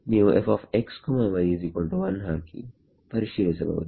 ನೀವು fxy1 ಹಾಕಿ ಪರಿಶೀಲಿಸಬಹುದು